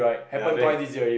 ya then